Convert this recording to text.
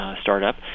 startup